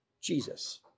Jesus